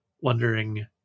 wondering